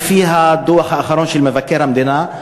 לפי הדוח האחרון של מבקר המדינה,